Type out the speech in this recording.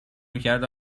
میکرد